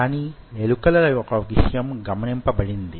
కాని ఎలుకలలో ఒక విషయం గమనింపబడింది